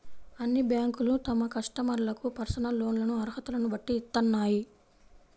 అన్ని బ్యేంకులూ తమ కస్టమర్లకు పర్సనల్ లోన్లను అర్హతలను బట్టి ఇత్తన్నాయి